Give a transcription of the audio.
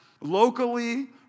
locally